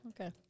Okay